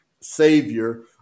savior